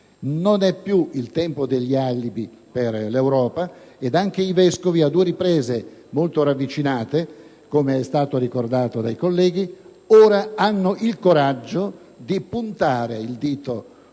Non è più il tempo degli alibi per l'Europa. Anche i vescovi, in due riprese molto ravvicinate, come è stato ricordato dai colleghi, hanno ora il coraggio di puntare il dito contro